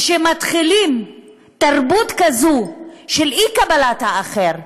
כשמתחילים תרבות כזו של אי-קבלת האחר,